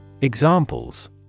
Examples